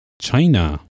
China